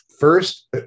First